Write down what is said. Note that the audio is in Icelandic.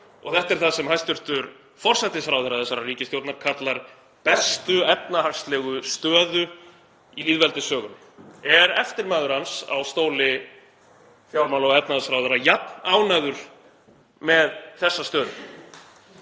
Og þetta er það sem hæstv. forsætisráðherra þessarar ríkisstjórnar kallar bestu efnahagslegu stöðu í lýðveldissögunni. Er eftirmaður hans á stóli fjármála- og efnahagsráðherra jafnánægður með þessa stöðu?